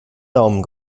daumen